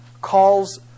calls